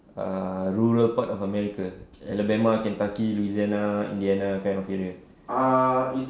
err rural part of america alabama kentucky louisiana indiana kind of area